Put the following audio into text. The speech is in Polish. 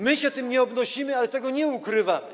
My się z tym nie obnosimy, ale tego nie ukrywamy.